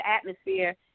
atmosphere